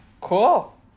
Cool